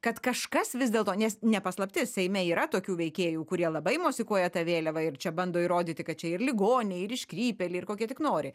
kad kažkas vis dėlto nes ne paslaptis seime yra tokių veikėjų kurie labai mosikuoja ta vėliava ir čia bando įrodyti kad čia ir ligoniai ir iškrypėliai ir kokie tik nori